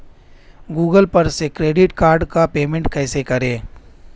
Google पर से credit card का पेमेंट कैसे करें?